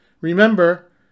Remember